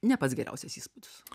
ne pats geriausias įspūdis